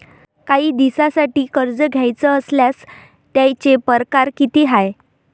कायी दिसांसाठी कर्ज घ्याचं असल्यास त्यायचे परकार किती हाय?